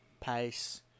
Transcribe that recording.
pace